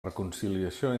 reconciliació